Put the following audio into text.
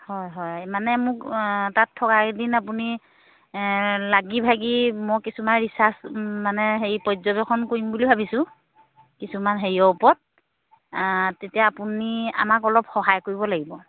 হয় হয় মানে মোক তাত থকাকেইদিন আপুনি লাগি ভাগি মোৰ কিছুমান ৰিচাৰ্ছ মানে হেৰি পৰ্যবেক্ষণ কৰিম বুলি ভাবিছোঁ কিছুমান হেৰিয়ৰ ওপৰত তেতিয়া আপুনি আমাক অলপ সহায় কৰিব লাগিব